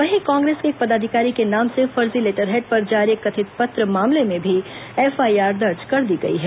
वहीं कांग्रेस के एक पदाधिकारी के नाम से फर्जी लेटर हेड पर जारी एक कथित पत्र मामले में भी एफआईआर दर्ज कर दी गई है